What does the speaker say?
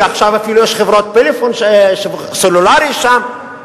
ועכשיו אפילו יש חברת טלפון סלולרי שם.